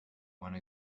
one